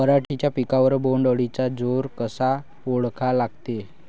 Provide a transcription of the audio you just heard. पराटीच्या पिकावर बोण्ड अळीचा जोर कसा ओळखा लागते?